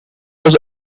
was